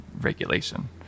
regulation